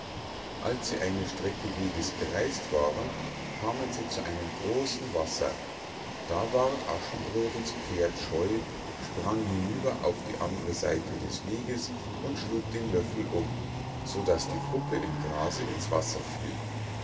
als sie eine strecke weges gereis't waren kamen sie zu einem großen wasser da ward aschenbrödels pferd scheu sprang hinüber auf die andre seite des weges und schlug den löffel um so daß die puppe im grase ins wasser fiel